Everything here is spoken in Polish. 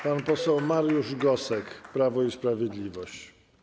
Pan poseł Mariusz Gosek, Prawo i Sprawiedliwość.